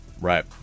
Right